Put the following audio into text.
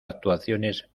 actuaciones